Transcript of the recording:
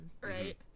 right